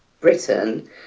Britain